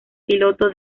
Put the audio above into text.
piloto